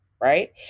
right